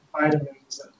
vitamins